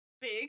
big